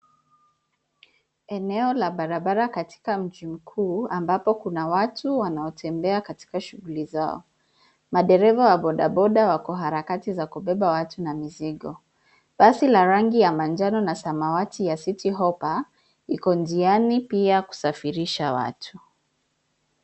Eneo la barabara katika mji mkuu ambapo kuna watu wanaotembea katika shughuli zao. Madereva wa boda boda wako harakati za kubeba watu na mizigo. Basi la rangi ya manjano na samawati ya City Hoppa, iko njiani pia kusafirisha watu.